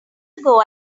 ago